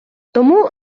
тому